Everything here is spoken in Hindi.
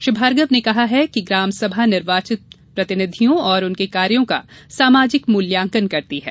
श्री भार्गव ने कहा है कि ग्राम सभा निर्वाचित प्रतिनिधियों और उनके कार्यों का सामाजिक मूल्यांकन करती है